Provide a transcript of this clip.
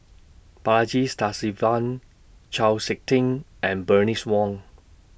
Balaji Sadasivan Chau Sik Ting and Bernice Wong